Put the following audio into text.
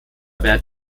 während